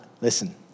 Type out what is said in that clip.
listen